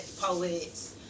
poets